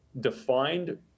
defined